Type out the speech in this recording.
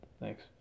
thanks